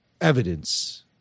evidence